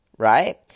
right